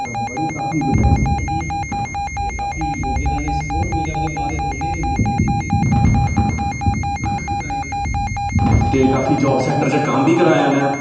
बड़ी काफी वकैंसियां कड्डियां ते काफी लोकें दा इनेंगी सपोर्ट मिलेआ ओह्दे बाद एह् दौनें मुड़ियै जित्ते एम एल ए काफी डिवलपमेंट कराई इनें ते काफी जॉब सैक्टर च कम्म बी कराया इनें